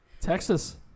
Texas